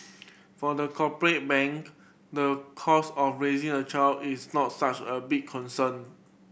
for the corporate bank the cost of raising a child is not such a big concern